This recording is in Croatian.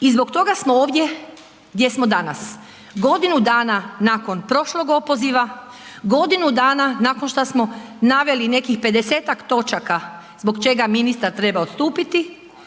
I zbog toga smo ovdje gdje smo danas. Godinu dana nakon prošlog opoziva, godinu dana nakon šta smo naveli nekih 50-ak točaka zbog čega ministar treba odstupiti,